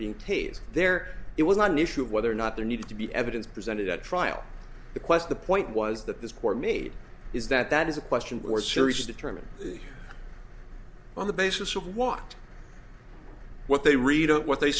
being tasered there it was not an issue of whether or not there needed to be evidence presented at trial the quest the point was that this court made is that that is a question or series determined on the basis of what what they read about what they